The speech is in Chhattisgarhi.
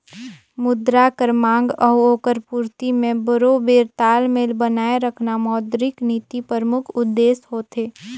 मुद्रा कर मांग अउ ओकर पूरती में बरोबेर तालमेल बनाए रखना मौद्रिक नीति परमुख उद्देस होथे